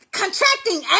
contracting